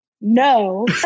No